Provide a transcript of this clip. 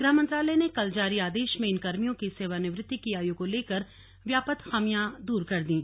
गृहमंत्रालय ने कल जारी आदेश में इन कर्मियों की सेवानिवृत्ति की आयु को लेकर व्याप्त खामियां दूर कर दीं